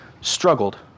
struggled